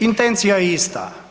Intencija je ista.